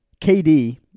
KD